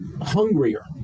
hungrier